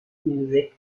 music